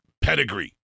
pedigree